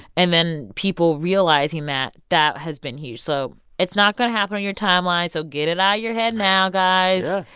and then people realizing that that has been huge. so it's not going to happen on your timeline, so get it out your head now, guys.